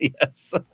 Yes